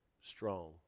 strong